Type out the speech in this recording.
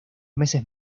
meses